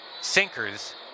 sinkers